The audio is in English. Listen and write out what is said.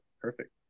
perfect